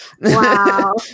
Wow